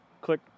Click